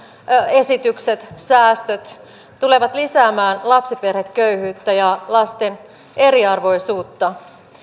esitykset säästöt tulevat lisäämään lapsiperheköyhyyttä ja lasten eriarvoisuutta